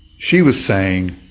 she was saying,